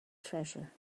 treasure